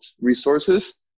resources